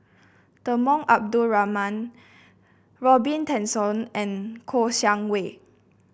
Temenggong Abdul Rahman Robin Tessensohn and Kouo Shang Wei